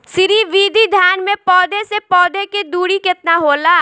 श्री विधि धान में पौधे से पौधे के दुरी केतना होला?